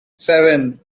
seven